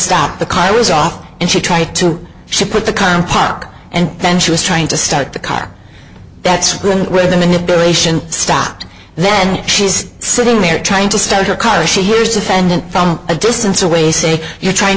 stop the car was off and she tried to support the con pock and then she was trying to start the car that's when with the manipulation stopped then she's sitting there trying to start her car she hears defendant from a distance away say you're trying